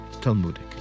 Talmudic. ¶¶